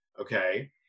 Okay